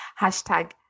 hashtag